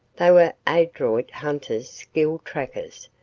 they were adroit hunters, skilled trackers,